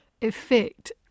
effect